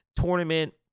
tournament